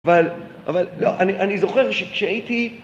אבל לא, אני זוכר שכשהייתי